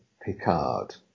Picard